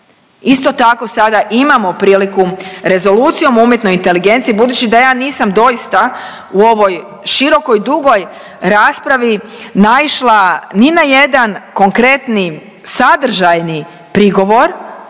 Isto tako sada imamo priliku Rezolucijom o umjetnoj inteligenciji budući da ja nisam doista u ovoj širokoj, dugoj raspravi naišla ni na jedan konkretni sadržajni prigovor